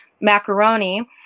macaroni